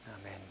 Amen